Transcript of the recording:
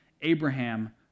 Abraham